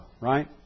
right